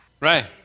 Right